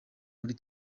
muri